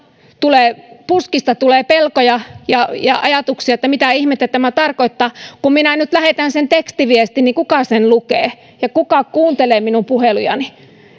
tulee puskista tulee pelkoja ja ja ajatuksia että mitä ihmettä tämä tarkoittaa kun minä nyt lähetän sen tekstiviestin niin kuka sen lukee ja kuka kuuntelee minun puhelujani